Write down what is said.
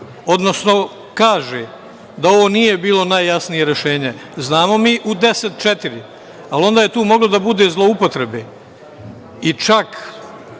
odnosno kaže da ovo nije bilo najjasnije rešenje. Znamo mi u deset četiri, ali onda je tu moglo da bude zloupotrebe. Ovo